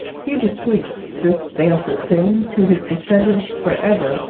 he bequeathed this baleful thing to his descendants for ever,